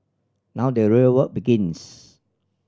now the real work begins